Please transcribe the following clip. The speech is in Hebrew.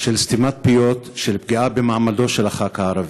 של סתימת פיות, של פגיעה במעמדו של הח"כ הערבי.